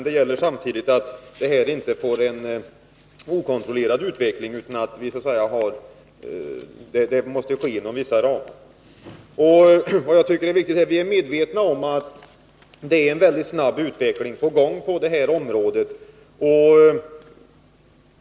Det gäller samtidigt att se till att vi inte får en okontrollerad utveckling utan att det hela hålls inom vissa ramar. Vi är medvetna om att utvecklingen på detta område går mycket snabbt.